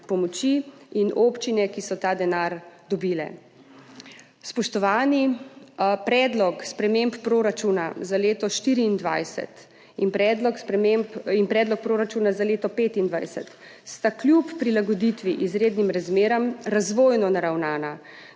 pomoči in občine, ki so ta denar dobile. Spoštovani! Predlog sprememb proračuna za leto 2024 in Predlog proračuna za leto 2025 sta kljub prilagoditvi izrednim razmeram razvojno naravnana,